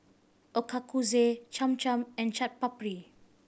Ochazuke Cham Cham and Chaat Papri